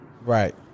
Right